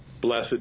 Blessed